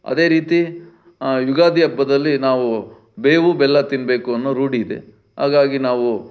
ಅದೇ ರೀತಿ ಯುಗಾದಿ ಹಬ್ಬದಲ್ಲಿ ನಾವು ಬೇವು ಬೆಲ್ಲ ತಿನ್ನಬೇಕು ಅನ್ನೋ ರೂಢಿ ಇದೆ ಹಾಗಾಗಿ ನಾವು